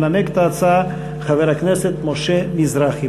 ינמק את ההצעה חבר הכנסת משה מזרחי.